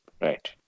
Right